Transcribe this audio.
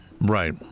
Right